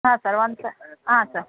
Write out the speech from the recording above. ಹಾಂ ಸರ್ ಒಂದು ಸ ಹಾಂ ಸರ್